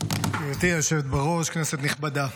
גברתי היושבת בראש, כנסת נכבדה,